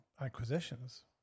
acquisitions